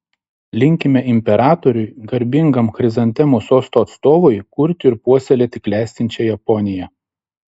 linkime imperatoriui garbingam chrizantemų sosto atstovui kurti ir puoselėti klestinčią japoniją